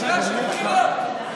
מה זה הדבר הזה?